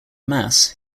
mass